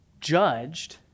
judged